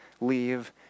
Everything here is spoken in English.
leave